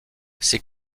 ces